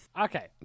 okay